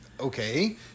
Okay